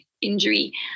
injury